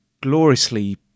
gloriously